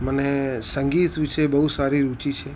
મને સંગીત વિશે બહુ સારી રુચિ છે